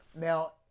Now